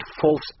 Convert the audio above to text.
false